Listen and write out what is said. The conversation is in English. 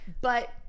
But-